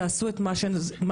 תעשו מה שנכון.